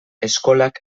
eskolak